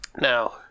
Now